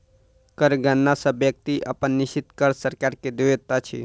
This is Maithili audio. कर गणना सॅ व्यक्ति अपन निश्चित कर सरकार के दैत अछि